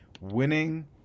Winning